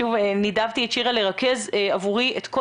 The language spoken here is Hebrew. שוב נידבתי את שירה לרכז עבורי את כל